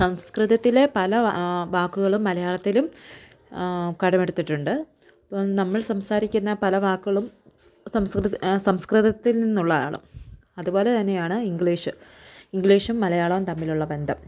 സംസ്കൃതത്തിലെ പല വാക്കുകളും മലയാളത്തിലും കടമെടുത്തിട്ടുണ്ട് നമ്മൾ സംസാരിക്കുന്ന പല വാക്കുകളും സംസ്കൃത് സംസ്കൃതത്തിൽ നിന്നുള്ളതാണ് അതുപോലെ തന്നെയാണ് ഇംഗ്ലീഷ് ഇംഗ്ലീഷും മലയാളവും തമ്മിലുള്ള ബന്ധം